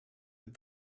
with